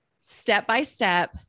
step-by-step